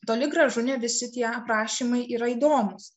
toli gražu ne visi tie aprašymai yra įdomūs